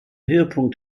höhepunkt